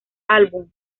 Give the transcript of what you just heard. álbum